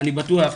אני בטוח,